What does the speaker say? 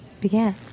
began